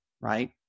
right